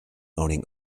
owning